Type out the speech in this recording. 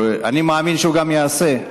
ואני מאמין שהוא גם יעשה,